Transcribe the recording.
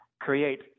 create